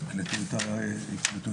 יקלטו את האישה.